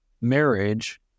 marriage